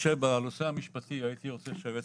בנושא המשפטי הייתי רוצה שהיועץ המשפטי יוסיף.